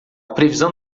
previsão